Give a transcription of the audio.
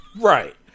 Right